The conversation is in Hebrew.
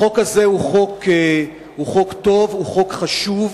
החוק הזה הוא חוק טוב, הוא חוק חשוב.